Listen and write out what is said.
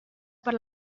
per